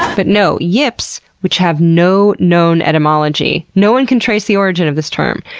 but no. yips, which have no known etymology. no one can trace the origin of this term.